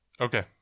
Okay